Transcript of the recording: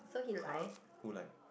!huh! who like